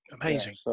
Amazing